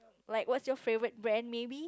like what's your favourite brand maybe